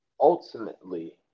ultimately